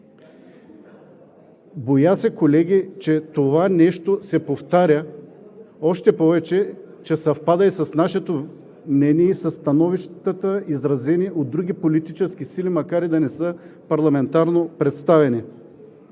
Боя се, колеги, че това нещо се повтаря, още повече че съвпада и с нашето мнение, и със становищата, изразени от други политически сили, макар и да не са парламентарно представени.